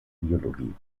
biologie